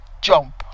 jump